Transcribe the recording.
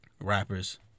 rappers